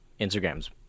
Instagram's